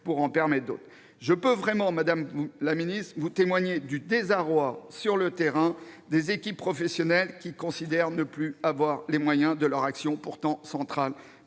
pour en permettre d'autres. Madame la ministre, je peux vraiment vous témoigner du désarroi sur le terrain des équipes professionnelles, qui considèrent ne plus avoir les moyens de leur action, pourtant centrale